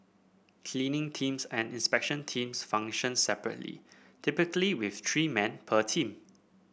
cleaning teams and inspection teams function separately typically with three men per team